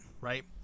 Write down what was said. right